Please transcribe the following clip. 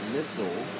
Missile